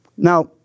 Now